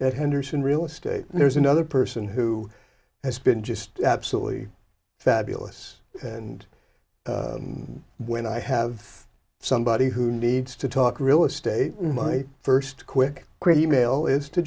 that henderson real estate and there's another person who has been just absolutely fabulous and when i have somebody who needs to talk real estate my first quick e mail is to